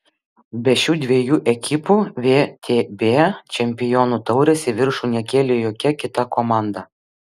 be šių dviejų ekipų vtb čempionų taurės į viršų nekėlė jokia kita komanda